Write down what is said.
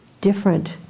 different